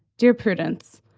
dear prudence,